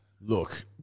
Look